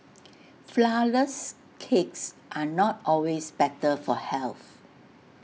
Flourless Cakes are not always better for health